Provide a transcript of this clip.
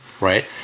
right